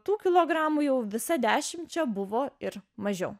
tų kilogramų jau visa dešimčia buvo ir mažiau